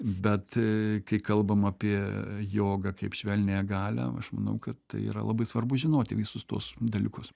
bet kai kalbam apie jogą kaip švelniąją galią aš manau kad tai yra labai svarbu žinoti visus tuos dalykus